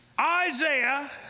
Isaiah